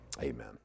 amen